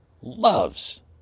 loves